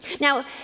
Now